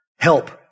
Help